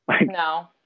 No